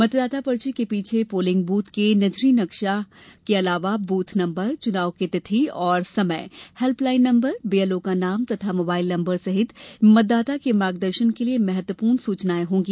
मतदाता पर्ची के पीछे पोलिंग बूथ के नजरी नक्शा के अलावा बूथ नम्बर चुनाव की तिथि और समय हेल्पलाइन नम्बर बीएलओ का नाम तथा मोबाइल नम्बर सहित मतदाता के मार्गदर्शन के लिये महत्वपूर्ण सूचनाएं होंगी